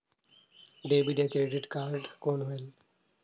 Debit या credit card कौन होएल?